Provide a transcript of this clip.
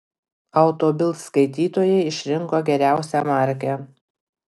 auto bild skaitytojai išrinko geriausią markę